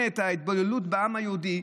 ההתבוללות בעם היהודי,